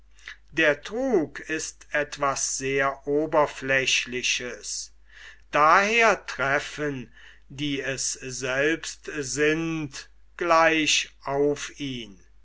der trug ist etwas sehr oberflächliches daher treffen die es selbst sind gleich auf ihn